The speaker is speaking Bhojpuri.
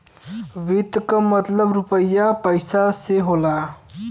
वित्त क मतलब रुपिया पइसा से होला